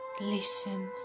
listen